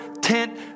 tent